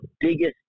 biggest